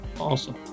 Awesome